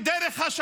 היא דרך השלום.